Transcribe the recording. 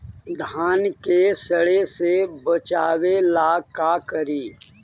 धान के सड़े से बचाबे ला का करि?